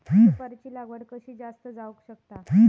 सुपारीची लागवड कशी जास्त जावक शकता?